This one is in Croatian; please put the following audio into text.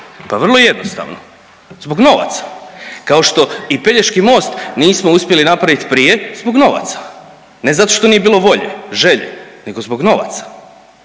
Pa vrlo jednostavno, zbog novaca, kao što i Pelješki most nismo uspjeli napravit prije, zbog novaca, ne zato što nije bilo volje, želje nego zbog novaca.